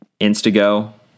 Instago